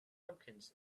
pumpkins